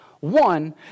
One